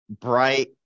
bright